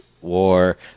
War